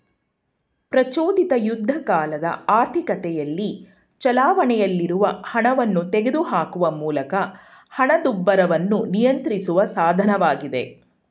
ಪ್ರಚೋದಿತ ಯುದ್ಧಕಾಲದ ಆರ್ಥಿಕತೆಯಲ್ಲಿ ಚಲಾವಣೆಯಲ್ಲಿರುವ ಹಣವನ್ನ ತೆಗೆದುಹಾಕುವ ಮೂಲಕ ಹಣದುಬ್ಬರವನ್ನ ನಿಯಂತ್ರಿಸುವ ಸಾಧನವಾಗಿದೆ